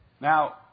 Now